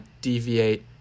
deviate